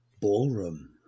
ballroom